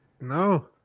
No